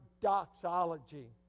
doxology